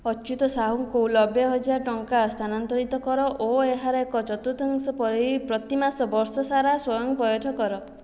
ଅଚ୍ୟୁତ ସାହୁଙ୍କୁ ନବେ ହଜାର୍ ଟଙ୍କା ସ୍ଥାନାନ୍ତରିତ କର ଓ ଏହାର ଏକ ଚତୁର୍ଥାଂଶ ପ୍ରତିମାସ ବର୍ଷ ସାରା ସ୍ଵୟଂ ପଇଠ କର